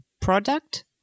product